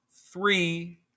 three